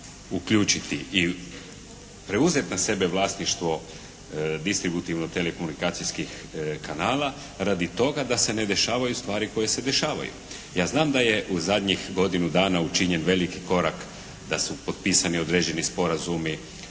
uključiti i preuzeti na sebe vlasništvo distributivno telekomunikacijskih kanala radi toga da se ne dešavaju stvari koje se dešavaju. Ja znam da je u zadnjih godinu dana učinjen veliki korak, da su potpisani određeni sporazumi